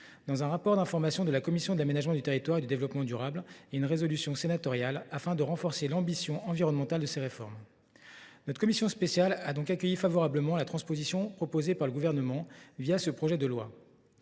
dans un rapport d’information de la commission de l’aménagement du territoire et du développement durable, ainsi que dans une résolution sénatoriale, afin de renforcer l’ambition environnementale de ces réformes. Notre commission spéciale a donc accueilli favorablement la transposition proposée par le Gouvernement ce projet de loi.